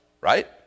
right